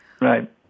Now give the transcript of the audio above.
Right